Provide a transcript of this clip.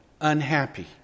unhappy